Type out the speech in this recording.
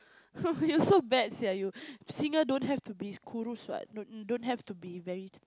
you so bad sia you singers don't have to be what don't don't have to be very